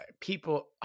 People